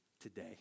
today